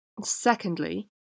Secondly